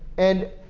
and,